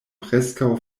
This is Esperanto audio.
preskaŭ